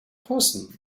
person